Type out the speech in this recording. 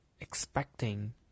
expecting